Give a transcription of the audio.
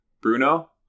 Bruno